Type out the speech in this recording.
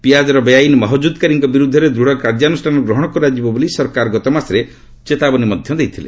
ପିଆଜର ବେଆଇନ୍ ମହକୁଦ୍କାରୀଙ୍କ ବିରୁଦ୍ଧରେ ଦୂଢ଼ କାର୍ଯ୍ୟାନୁଷ୍ଠାନ ଗ୍ରହଣ କରାଯିବ ବୋଲି ସରକାର ଗତମାସରେ ଚେତବାନୀ ମଧ୍ୟ ଦେଇଛନ୍ତି